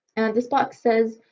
this box says,